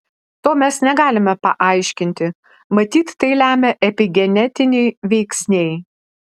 to mes negalime paaiškinti matyt tai lemia epigenetiniai veiksniai